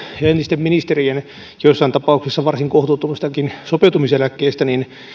ja entisten ministerien joissain tapauksissa varsin kohtuuttomastakin sopeutumiseläkkeestä